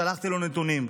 שלחתי לו נתונים,